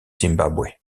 zimbabwe